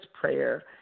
prayer